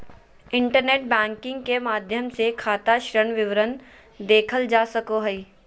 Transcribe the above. internet banking के माध्यम से खाता ऋण विवरण देखल जा सको हइ